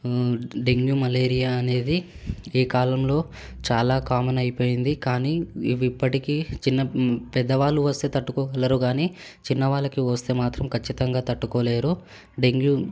dengue malaria అనేది ఈ కాలంలో చాలా కామన్ అయిపోయింది కానీ ఇవి ఇప్పటికీ చిన్న పెద్ద వాళ్ళు వస్తే తట్టుకోగలరు గానీ చిన్నవాళ్ళకి వస్తే మాత్రం ఖచ్చితంగా తట్టుకోలేరు డెంగ్యూ